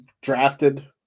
drafted